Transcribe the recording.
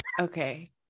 Okay